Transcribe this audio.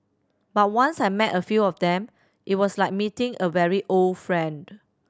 but once I met a few of them it was like meeting a very old friend